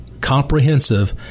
comprehensive